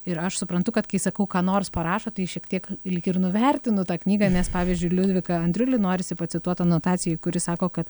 ir aš suprantu kad kai sakau ką nors parašo tai šiek tiek lyg ir nuvertinu tą knygą nes pavyzdžiui liudviką andriulį norisi pacituot anotacijoj kur jis sako kad